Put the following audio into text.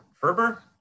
Ferber